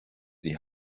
die